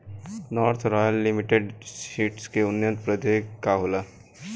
North royal limited seeds के उन्नत प्रभेद का होला?